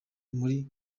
muri